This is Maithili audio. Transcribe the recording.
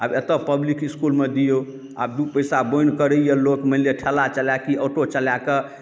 आब एतऽ पब्लिक इसकुलमे दिऔ आब दू पैसा बोनि करैया लोक मानि लिअ ठेला चलाके ऑटो चलाके